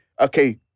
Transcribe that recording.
okay